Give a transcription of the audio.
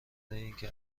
اینکه